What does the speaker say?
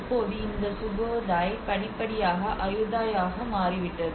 இப்போது இந்த சுகோதாய் படிப்படியாக அயுதாயாக மாறிவிட்டது